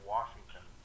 Washington